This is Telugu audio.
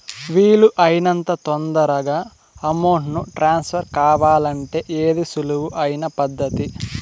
వీలు అయినంత తొందరగా అమౌంట్ ను ట్రాన్స్ఫర్ కావాలంటే ఏది సులువు అయిన పద్దతి